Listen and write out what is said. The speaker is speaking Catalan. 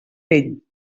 vell